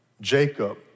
Jacob